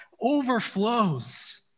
overflows